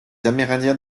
amérindiens